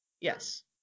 Yes